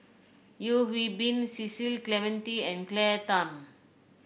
Yeo Hwee Bin Cecil Clementi and Claire Tham